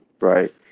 right